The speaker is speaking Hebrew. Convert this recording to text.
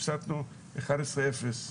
והפסדנו אחת עשרה אפס,